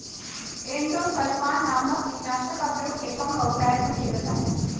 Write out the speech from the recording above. endosulfan नामक कीटनाशक का प्रयोग खेतों में बहुतायत में किया जाता है